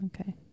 Okay